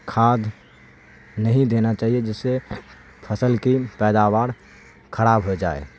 کھاد نہیں دینا چاہیے جس سے فصل کی پیداور خراب ہو جائے